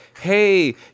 hey